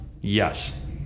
Yes